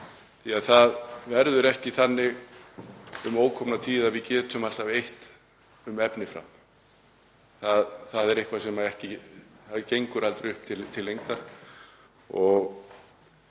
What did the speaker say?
því það verður ekki þannig um ókomna tíð að við getum eytt um efni fram. Það er eitthvað sem aldrei gengur upp til lengdar og